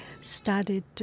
studied